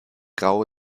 grau